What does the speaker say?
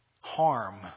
Harm